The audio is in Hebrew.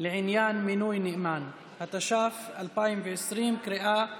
לעניין מינוי נאמן), התש"ף 2020, לקריאה ראשונה,